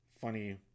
funny